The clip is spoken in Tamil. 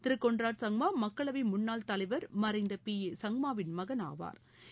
திரு கொன்ராட் சங்கா மக்களவை முன்னாள் தலைவா் மறைந்த பி ஏ சங்மாவின் மகன் ஆவாா்